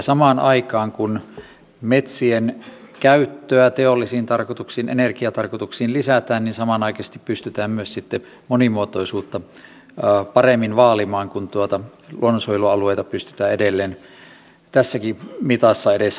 samaan aikaan kun metsien käyttöä teollisiin tarkoituksiin energiatarkoituksiin lisätään pystytään myös sitten monimuotoisuutta paremmin vaalimaan kun luonnonsuojelualueita pystytään edelleen tässäkin mitassa edes hankkimaan